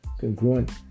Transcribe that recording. congruent